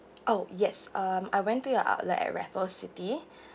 oh yes um I went to your outlet at raffles city